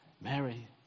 Mary